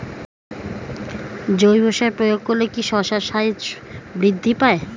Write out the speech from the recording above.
জৈব সার প্রয়োগ করলে কি শশার সাইজ বৃদ্ধি পায়?